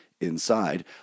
inside